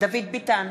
דוד ביטן,